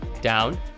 down